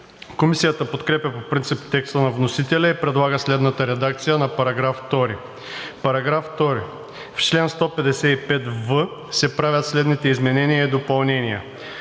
Комисията подкрепя по принцип текста на вносителя и предлага следната редакция на § 2: „§ 2. В чл. 155в се правят следните изменения и допълнения: